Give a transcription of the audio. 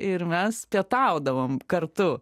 ir mes pietaudavom kartu